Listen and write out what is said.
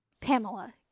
Pamela